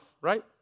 right